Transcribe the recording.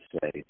say